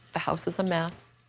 the house is a mess.